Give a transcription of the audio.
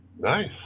Nice